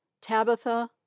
Tabitha